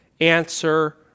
answer